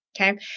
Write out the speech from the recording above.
Okay